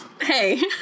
Hey